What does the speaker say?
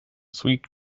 sweet